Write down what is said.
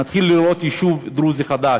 נתחיל לראות יישוב דרוזי חדש,